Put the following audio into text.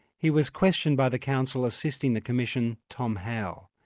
he was questioned by the counsel assisting the commission, tom howe.